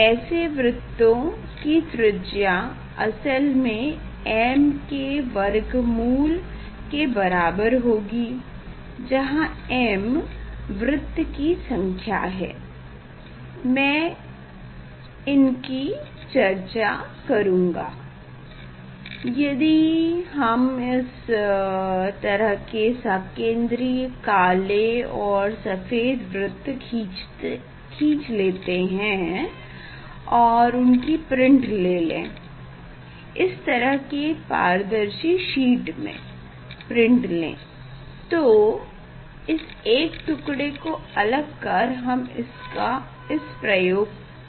ऐसे वृत्तों की त्रिज्या असल में m के वर्गमूल के बराबर होगी जहाँ m वृत्त की संख्या है मैं इनकी चर्चा करूँगा यदि हम इस तरह के सकेंद्री काले और सफ़ेद वृत खिन्च लेते हैं और उनकी प्रिन्ट लें इस तरह के पारदर्शी शीट में प्रिन्ट लें तो ये इस एक टुकड़े को अलग कर हम इस प्रयोग को कर सकते हैं